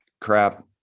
crap